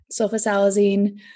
sulfasalazine